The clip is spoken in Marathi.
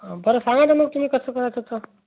हां बरं सांगा ना मग तुम्ही कसं करायचं तर